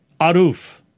aruf